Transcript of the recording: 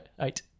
eight